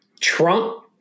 Trump